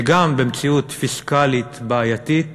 שגם במציאות פיסקלית בעייתית